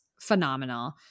phenomenal